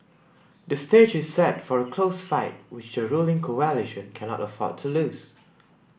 the stage is set for a close fight which the ruling cannot afford to lose